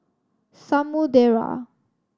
Samudera